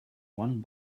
one